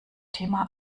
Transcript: thema